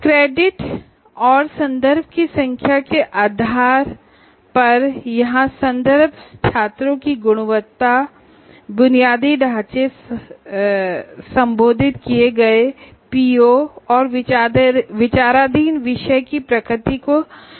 credit और संदर्भ की संख्या के आधार पर यहां संदर्भ छात्रों की गुणवत्ता बुनियादी ढांचे संबोधित किए गए पीओ और विचाराधीन विषय की प्रकृति को संदर्भित करेगा